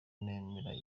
nemera